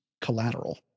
collateral